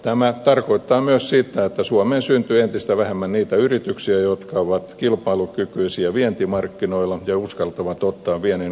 tämä tarkoittaa myös sitä että suomeen syntyy entistä vähemmän niitä yrityksiä jotka ovat kilpailukykyisiä vientimarkkinoilla ja uskaltavat ottaa viennin käynnistämisriskin